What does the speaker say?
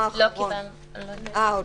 רק אגיד עד